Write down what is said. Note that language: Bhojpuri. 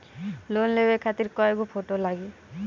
लोन लेवे खातिर कै गो फोटो लागी?